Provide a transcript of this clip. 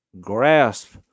grasp